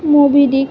Mobi Dick